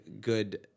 good